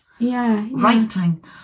writing